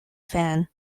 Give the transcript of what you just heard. fan